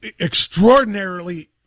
extraordinarily